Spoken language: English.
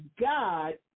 God